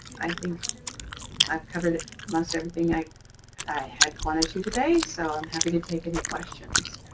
i think i've covered most everything like i had wanted to today, so i'm happy to take any questions.